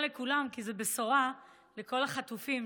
החטופים,